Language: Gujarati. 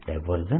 BA